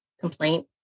complaint